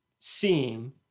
seeing